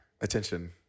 Attention